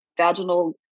vaginal